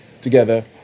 together